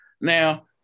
Now